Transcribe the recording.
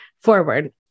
forward